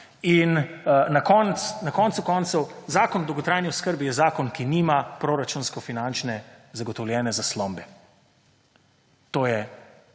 Na koncu koncev Zakon o dolgotrajni oskrbi je zakon, ki nima proračunsko finančne zagotovljene zaslombe. To je